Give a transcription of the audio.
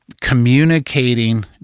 communicating